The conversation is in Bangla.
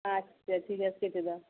আচ্ছা ঠিক আছে কেটে দাও